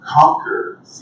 conquer